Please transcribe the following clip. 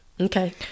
Okay